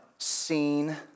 seen